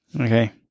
Okay